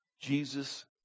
Jesus